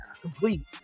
Complete